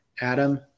Adam